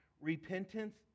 Repentance